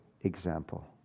example